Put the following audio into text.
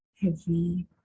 heavy